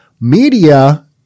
media